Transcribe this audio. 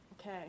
Okay